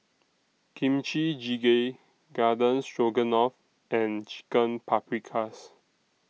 Kimchi Jjigae Garden Stroganoff and Chicken Paprikas